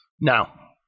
Now